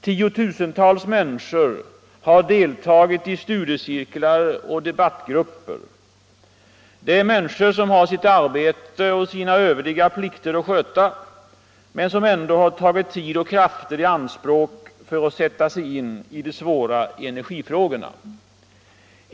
Tiotusentals människor har deltagit i studiecirklar och debattgrupper. Det är människor som har sitt arbete och sina övriga plikter att sköta, men som ändå tagit tid och krafter i anspråk för att sätta sig in i de svåra energifrågorna.